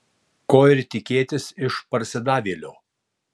ko ir tikėtis iš parsidavėlio